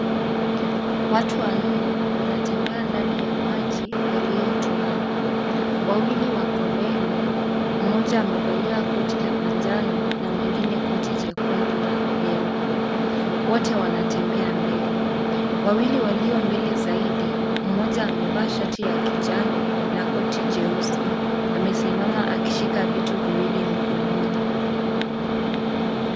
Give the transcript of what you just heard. Watu wanne wanatembea ndani ya maji yaliyotuama. Wawili wako mbele mmoja amevalia kote la manjano mwingine koti jekundu na jeupe. Wote wanatembea mbele. Wawili walio mbele zaidi mmoja amevaa shati ya kijani na koti jeusi. Amesimama akishika vitu viwili mikononi.